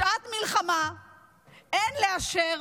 בשעת מלחמה אין לאשר